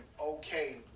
okay